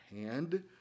hand